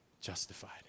justified